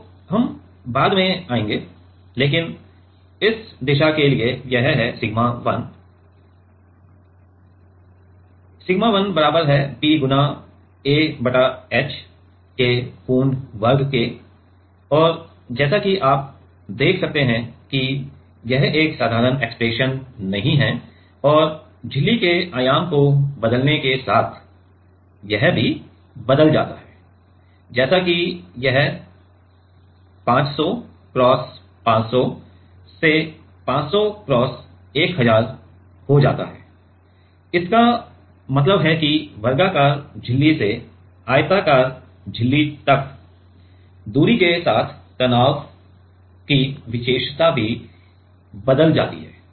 तो हम बाद में आएंगे लेकिन इस दिशा के लिए यह है सिग्मा l गुणा सिग्मा l बराबर है P गुणा a बटा h पूरा वर्ग है और जैसा कि आप देख सकते हैं कि यह एक साधारण एक्सप्रेशन नहीं है और झिल्ली के आयाम को बदलने के साथ यह भी बदल जाता है जैसे कि यह 500 क्रॉस 500 से 500 क्रॉस 1000 हो जाता है इसका मतलब है कि वर्गाकार झिल्ली से आयताकार झिल्ली तक दूरी के साथ तनाव की विशेषता भी बदल जाती है